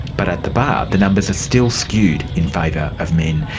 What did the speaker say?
but at the bar the numbers are still skewed in favour of men.